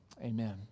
amen